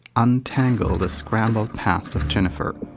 untangle the scrambled past of jennifer.